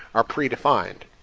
are predefined.